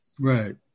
right